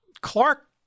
Clark